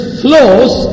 flows